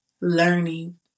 learning